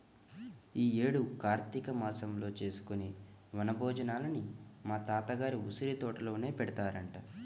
యీ యేడు కార్తీక మాసంలో చేసుకునే వన భోజనాలని మా తాత గారి ఉసిరితోటలో పెడతారంట